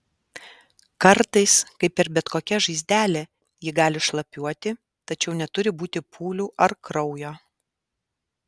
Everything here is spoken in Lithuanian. kartais kaip ir bet kokia žaizdelė ji gali šlapiuoti tačiau neturi būti pūlių ar kraujo